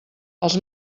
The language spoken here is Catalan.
els